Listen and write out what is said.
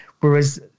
whereas